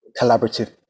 collaborative